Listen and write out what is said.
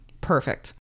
Perfect